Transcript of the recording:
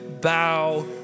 bow